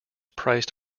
priced